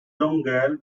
donegal